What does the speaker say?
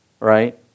Right